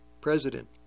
president